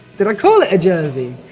did i call it a jersey?